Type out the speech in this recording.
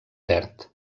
verd